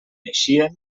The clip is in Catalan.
eixien